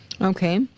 Okay